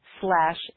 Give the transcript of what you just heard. slash